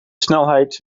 snelheid